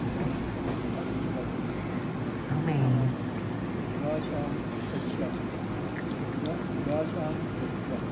इदानीन्तन समये वयं जनानां मनसि दुराशां पश्यामः दुरा दुराशां दृष्ट्वा